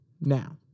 Now